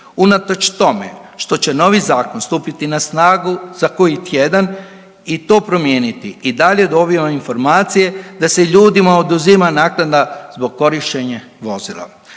Unatoč tome što će novi zakon stupiti na snagu za koji tjedan i to promijeniti i dalje dobivam informacije da se ljudima oduzima naknada zbog korištenje vozilo.